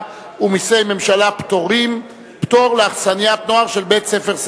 ומסי הממשלה (פטורין) (פטור לאכסניית נוער של בית-ספר שדה).